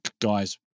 guys